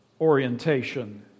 orientation